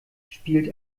spielt